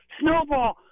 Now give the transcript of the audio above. snowball